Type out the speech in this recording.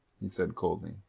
he said coldly.